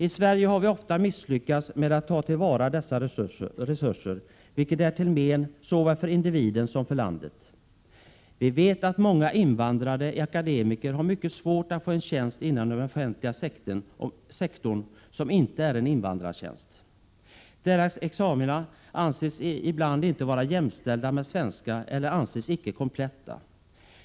I Sverige har vi ofta misslyckats med att ta till vara dessa resurser, vilket är till men såväl för individen som för landet. Vi vet att många invandrade akademiker har mycket svårt att få en tjänst inom den offentliga sektorn som inte är en ”invandrartjänst”. Deras examina anses ibland inte vara jämställda med svenska eller anses icke kompletta.